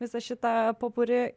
visą šitą popuri